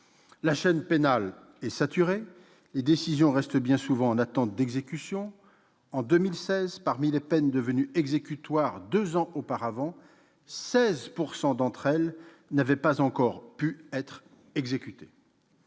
La chaîne pénale est saturée, les décisions restent bien souvent en attente d'exécution. En 2016, parmi les peines devenues exécutoires deux ans auparavant, 16 % n'avaient pas encore pu être exécutées.